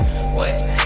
Wait